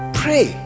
pray